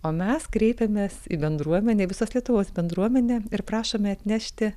o mes kreipiamės į bendruomenę visos lietuvos bendruomenę ir prašome atnešti